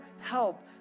help